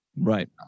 Right